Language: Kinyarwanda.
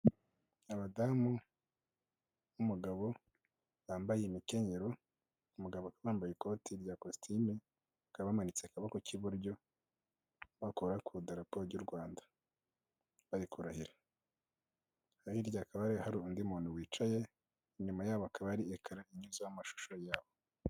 Abadamu b'umugabo yambaye imikenyero, umugabo wambaye ikoti rya kositimu bakaba bamanitse akaboko k'iburyo bakora ku idarapo y'u Rwanda bari kurahira abari hirya hakaba hari undi muntu wicaye inyuma yabo hakaba hari ekara inyuza mu mashusho yawe.